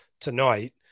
tonight